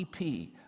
EP